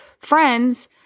friends